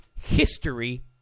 history